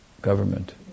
government